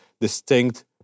distinct